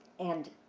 and